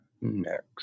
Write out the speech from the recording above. next